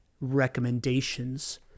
recommendations